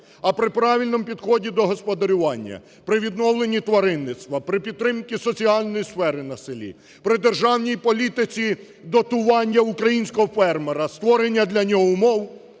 а при правильному підході до господарювання – відновленні тваринництва, при підтримці соціальної сфери на селі, при державній політиці датування українського фермера, створення для нього умов.